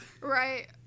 Right